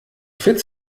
fit